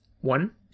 One